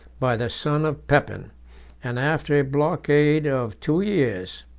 by the son of pepin and after a blockade of two years,